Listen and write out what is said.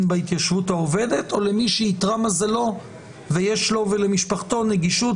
בהתיישבות העובדת או למי שאיתרע מזלו ויש לו ולמשפחתו נגישות